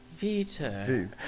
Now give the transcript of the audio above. Peter